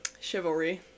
chivalry